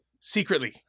secretly